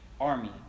army